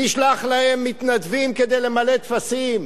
נשלח להם מתנדבים כדי למלא טפסים.